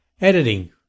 Editing